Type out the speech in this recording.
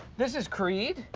this is creed,